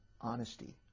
honesty